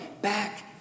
back